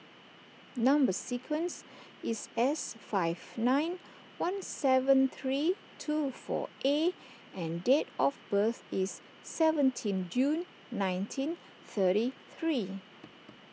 Number Sequence is S five nine one seven three two four A and date of birth is seventeen June nineteen thirty three